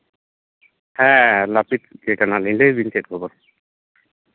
ᱦᱮᱸ ᱞᱟᱹᱯᱤᱛ ᱜᱮ ᱠᱟᱱᱟᱞᱤᱧ ᱞᱟᱹᱭ ᱵᱤᱱ ᱪᱮᱫ ᱠᱷᱚᱵᱚᱨ